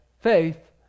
faith